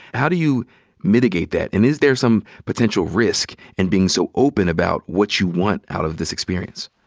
how do you mitigate that? and is there some potential risk in being so open about what you want out of this experience?